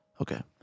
okay